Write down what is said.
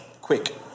Quick